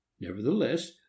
nevertheless